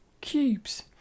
cubes